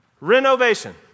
Renovation